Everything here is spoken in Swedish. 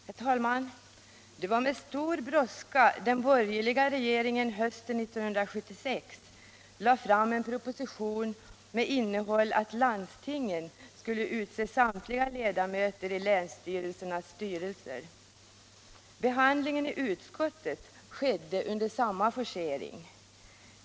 Herr talman! Det var med stor brådska den borgerliga regeringen hösten 1976 lade fram en proposition med innehåll att landstingen skulle utse samtliga ledamöter i länsstyrelsernas styrelser. Behandlingen i utskottet skedde under samma forcering.